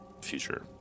future